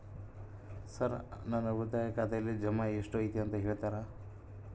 Sir ನನ್ನ ಉಳಿತಾಯ ಖಾತೆಯಲ್ಲಿ ಜಮಾ ಎಷ್ಟು ಐತಿ ಅಂತ ಹೇಳ್ತೇರಾ?